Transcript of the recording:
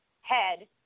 head